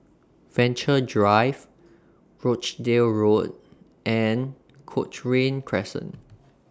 Venture Drive Rochdale Road and Cochrane Crescent